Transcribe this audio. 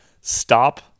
stop